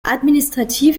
administrativ